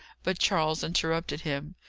but charles interrupted him.